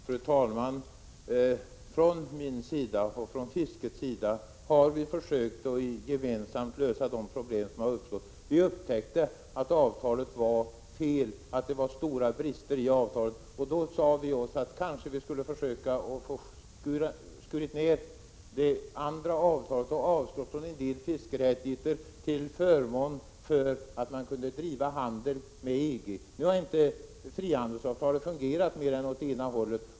Fru talman! Från min sida och från fiskarorganisationernas sida har vi försökt att gemensamt lösa de problem som har uppstått. Vi upptäckte att avtalet var fel och att det fanns stora brister i det. Vi sade oss då att vi kanske skulle försöka att skära ner i det andra avtalet och avstå från en del fiskerättigheter till förmån för att kunna driva handel med EG. Nu har frihandelsavtalet fungerat endast åt ena hållet.